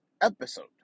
episode